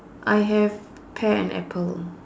I have pear and apple